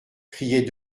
criait